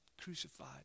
crucified